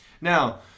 Now